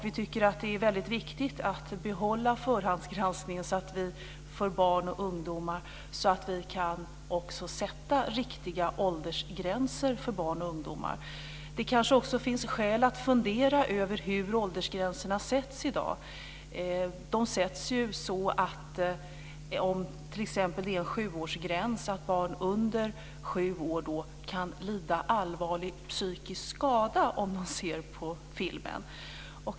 Vi tycker att det är väldigt viktigt att behålla förhandsgranskningen för barn och ungdomar, så att vi också kan sätta riktiga åldersgränser för barn och ungdomar. Det kanske också finns skäl att fundera över hur åldersgränserna sätts i dag. Om det är en sjuårsgräns menar man att barn under sju år kan lida allvarlig psykisk skada om de ser på filmen.